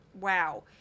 wow